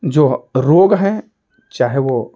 जो रोग है चाहे वह